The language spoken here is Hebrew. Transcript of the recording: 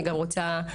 בבקשה.